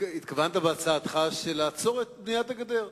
התכוונת בהצעתך לעצור את בניית הגדר?